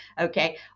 Okay